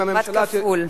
כמעט כפול.